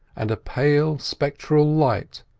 and a pale spectral light,